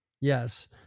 Yes